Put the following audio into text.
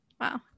wow